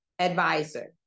advisor